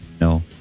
No